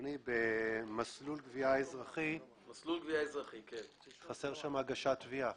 ב"מסלול גבייה אזרחי" חסרה הגשת תביעה.